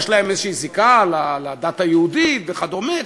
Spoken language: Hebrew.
יש להם איזו זיקה לדת היהודית וכדומה,